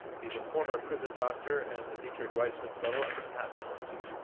he is a former prison doctor and the dietrich weissman fellow at the manhattan institute.